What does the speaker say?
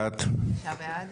חמישה בעד.